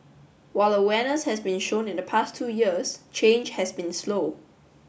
while awareness has been shown in the past two years change has been slow